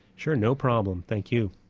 sure, no problem, thank you.